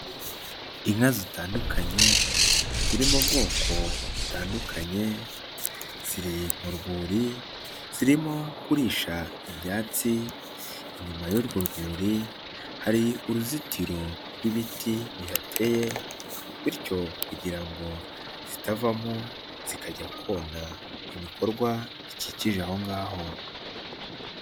Inka zitandukanye ziririmo bwoko butandukanye, ziri mu rwuri zirimo kuririsha ibyatsi, inyuma y'urwo rwuri hari uruzitiro rw'ibiti bihateye bityo kugira ngo zitavamo, zikajya kona ibikorwa bikikije aho ngaho.